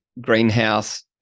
greenhouse